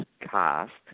Cast